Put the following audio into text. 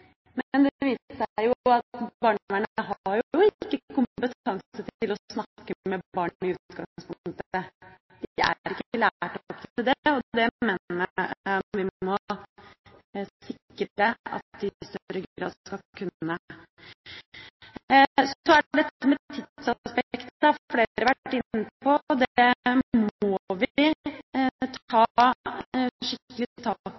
Men det viser seg jo at barnevernet har ikke kompetanse til å snakke med barn i utgangspunktet. De er ikke lært opp til å snakke med barn. Det mener jeg vi må sikre at de i større grad skal kunne. Så er det dette med tidsaspektet, som flere har vært inne på. Det må vi ta skikkelig